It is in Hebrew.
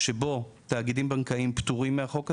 שבו תאגידים בנקאיים פטורים מהחוק הזה,